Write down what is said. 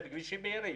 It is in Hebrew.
זה כבישים מהירים,